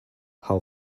how